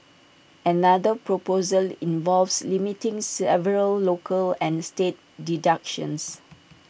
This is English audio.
another proposal involves limiting several local and state deductions